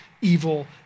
evil